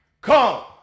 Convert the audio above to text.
come